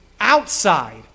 outside